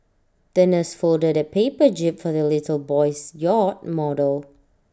the nurse folded A paper jib for the little boy's yacht model